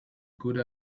good